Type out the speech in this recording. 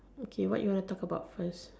okay what you want to talk about first